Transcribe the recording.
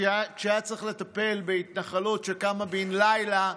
כשהיה צריך לטפל בהתנחלות שקמה בן לילה,